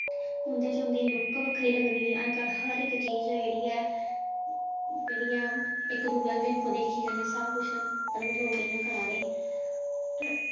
उं'दे च उं'दी लुक्क बक्खरी लगदी ऐ अज्ज कल हर इक चीज़ जेह्ड़ी ऐ जेह्ड़ी ऐ इक दूए अ'ल्ल देखो देखी कन्नै सब कुछ मतलब लोक इ'यां करा दे ते